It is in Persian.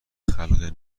خلق